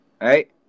right